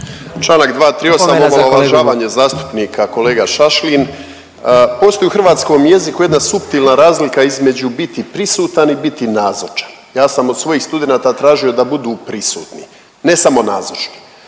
… omalovažavanje zastupnika, kolega Šašlin postoji u hrvatskom jeziku jedna suptilna razlika između biti prisutan i biti nazočan. Ja sam od svojih studenata tražio da budu prisutni, ne samo nazočni.